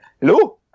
Hello